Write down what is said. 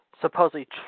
supposedly